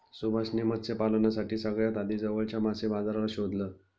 सुभाष ने मत्स्य पालनासाठी सगळ्यात आधी जवळच्या मासे बाजाराला शोधलं